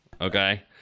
Okay